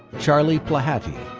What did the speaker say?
charlie plehaty,